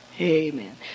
Amen